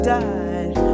died